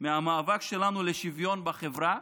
מהמאבק שלנו לשוויון בחברה